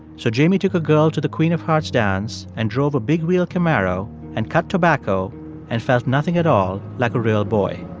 so jamie took a girl to the queen of hearts dance and drove a big-wheel camaro and cut tobacco and felt nothing at all like a real boy